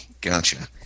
gotcha